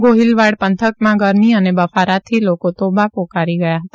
ગોહિલવાડ પંથકમાં ગરમી અને બફારાથી લોકો તોબા પોકારી ગયા હતા